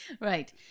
Right